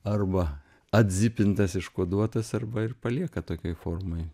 arba atzipintas iškoduotas arba ir palieka tokioj formoj